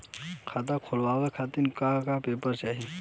खाता खोलवाव खातिर का का पेपर चाही?